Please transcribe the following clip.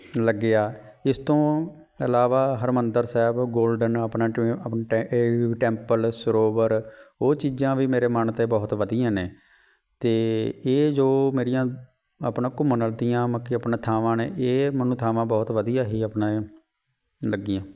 ਲੱਗਿਆ ਇਸ ਤੋਂ ਇਲਾਵਾ ਹਰਿਮੰਦਰ ਸਾਹਿਬ ਗੋਲਡਨ ਆਪਣਾ ਇਹ ਟੈਂਪਲ ਸਰੋਵਰ ਉਹ ਚੀਜ਼ਾਂ ਵੀ ਮੇਰੇ ਮਨ 'ਤੇ ਬਹੁਤ ਵਧੀਆ ਨੇ ਅਤੇ ਇਹ ਜੋ ਮੇਰੀਆਂ ਆਪਣਾ ਘੁੰਮਣ ਦੀਆਂ ਮਕ ਕਿ ਆਪਣਾ ਥਾਵਾਂ ਨੇ ਇਹ ਮੈਨੂੰ ਥਾਵਾਂ ਬਹੁਤ ਵਧੀਆ ਹੀ ਆਪਣਾ ਲੱਗੀਆਂ